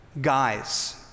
guys